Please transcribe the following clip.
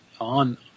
on